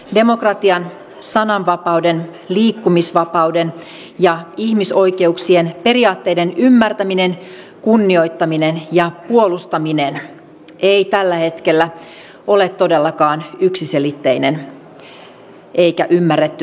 demokratian sananvapauden liikkumisvapauden ja ihmisoikeuksien periaatteiden ymmärtäminen kunnioittaminen ja puolustaminen ei tällä hetkellä ole todellakaan yksiselitteinen eikä ymmärretty velvollisuus